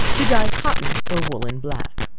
to dye cotton or woollen black.